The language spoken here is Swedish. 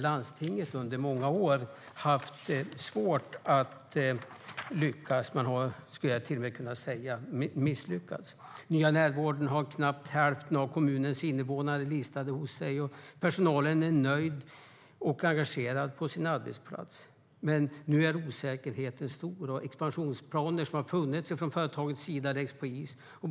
Landstinget har där under många år haft svårt att lyckas - jag skulle till och med kunna säga att landstiget har misslyckats. Nya Närvården har ungefär hälften av kommunens invånare listade hos sig. Personalen är nöjd med sin arbetsplats och engagerad, men nu är osäkerheten stor. Expansionsplaner som företaget har haft läggs på is.